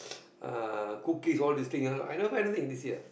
uh cookies all this thing ah I never buy anything this year